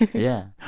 yeah.